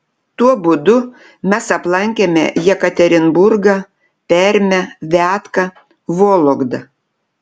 tuo būdu mes aplankėme jekaterinburgą permę viatką vologdą